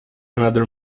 another